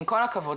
עם כל הכבוד,